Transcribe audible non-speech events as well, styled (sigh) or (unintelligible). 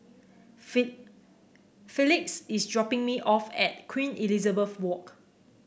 (unintelligible) Felix is dropping me off at Queen Elizabeth Walk